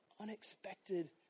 unexpected